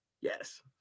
Yes